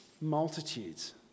multitudes